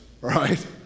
right